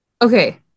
Okay